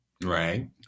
Right